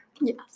Yes